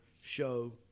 show